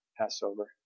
Passover